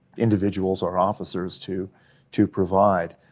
individuals, our officers to to provide.